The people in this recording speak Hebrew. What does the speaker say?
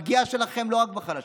הפגיעה שלכם היא לא רק בחלשים,